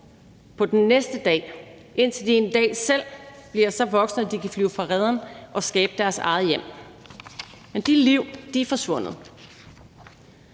på den næste dag, indtil de en dag selv blev så voksne, at de kunne flyve fra reden og skabe deres eget hjem. Men de liv er forsvundet.